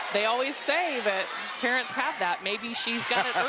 they always say that parents have that maybe she's got it